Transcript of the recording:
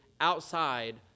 outside